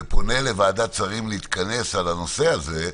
ופונה לוועדת שרים להתכנס על הנושא הזה,